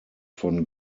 von